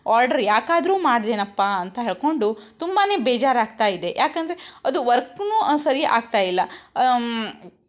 order ಯಾಕಾದ್ರೂ ಮಾಡಿದ್ನಪ್ಪಾ ಅಂತ ಹೇಳ್ಕೊಂಡು ತುಂಬನೇ ಬೇಜಾರಾಗ್ತಾ ಇದೆ ಯಾಕೆಂದ್ರೆ ಅದು ವರ್ಕ್ನು ಸರಿ ಆಗ್ತಾಯಿಲ್ಲ